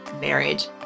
marriage